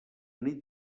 nit